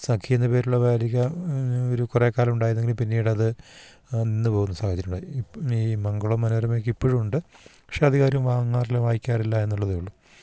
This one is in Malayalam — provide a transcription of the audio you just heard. സഖി എന്ന് പേരുള്ള വാരിക ഒരു കുറേ കാലം ഉണ്ടായിന്നെങ്കിലും പിന്നീട് അത് നിന്ന് പോകുന്ന സാഹചര്യമുണ്ടായി ഇപ്പം ഈ മംഗളം മനോരമയൊക്കെ ഇപ്പോഴും ഉണ്ട് പക്ഷെ അധികം ആരും വാങ്ങാറില്ല വായിക്കാറില്ല എന്നുള്ളതേ ഉള്ളു